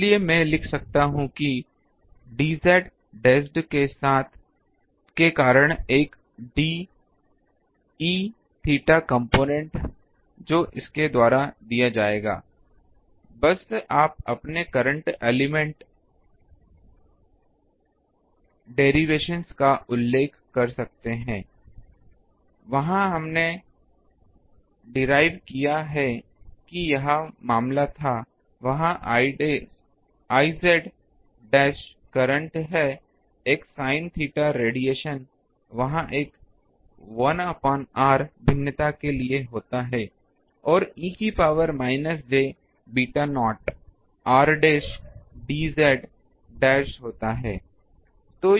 इसलिए मैं लिख सकता हूं कि dz डैश के कारण एक dE𝛉 कॉम्पोनेन्ट जो इसके द्वारा दिया जाएगा बस आप अपने करंट एलिमेंट डेरीवाशंस का उल्लेख कर सकते हैं वहां हमने डेराइव किया है कि यह मामला था वहाँ I डैश करंट है एक साइन थीटा रेडिएशन वहाँ एक 1 r भिन्नता के लिए होता है और e की power minus j beta naught r dash dz dash होता है